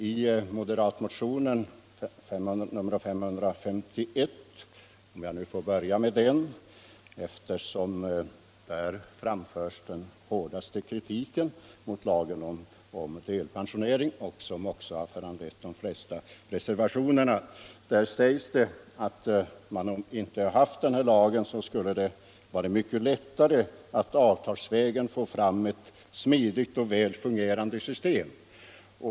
I motionen nr 551 — om jag nu får börja med den eftersom där framförs den hårdaste kritiken mot lagen om delpensionering och eftersom den också har föranlett de flesta reservationerna — sägs det att om man inte hade haft den här lagen skulle det ha varit mycket lättare att avtalsvägen få fram ett smidigt och väl fungerande system.